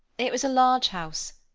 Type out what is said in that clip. it was a large house,